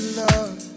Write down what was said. love